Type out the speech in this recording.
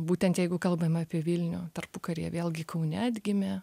būtent jeigu kalbame apie vilnių tarpukaryje vėlgi kaune atgimė